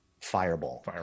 fireball